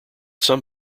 some